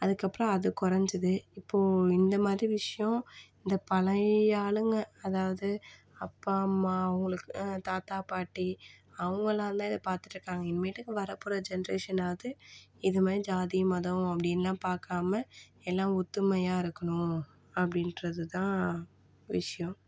அதுக்கப்பறம் அது குறஞ்சிது இப்போ இந்த மாதிரி விஷயம் இந்த பழைய ஆளுங்க அதாவது அப்பா அம்மா அவங்களுக்கு தாத்தா பாட்டி அவங்கலாம் தான் இதை பார்த்துட்டுருக்காங்கள் இனிமேட்டுக்கு வர போகிற ஜென்ரேஷனாது இது மாதிரி ஜாதி மதம் அப்படின்னுலாம் பார்க்காம எல்லாம் ஒத்துமையாருக்கணும் அப்படின்றது தான் விஷயம்